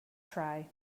try